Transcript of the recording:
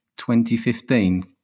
2015